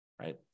right